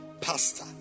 pastor